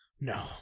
No